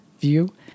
view